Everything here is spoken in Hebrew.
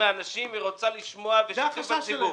האנשים אם היא רוצה לשמוע ושזכות הציבור.